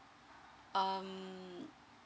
um